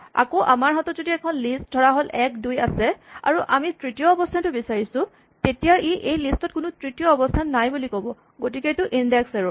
আকৌ আমাৰ হাতত যদি এখন লিষ্ট ধৰাহ'ল ১ ২ আছে আৰু আমি তৃতীয় অৱস্হানটো বিচাৰিছোঁ তেতিয়া ই এই লিষ্ট ত কোনো তৃতীয় অৱস্হান নাই বুলি ক'ব গতিকে এইটো ইনডেক্স এৰ'ৰ